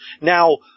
Now